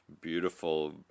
beautiful